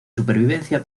supervivencia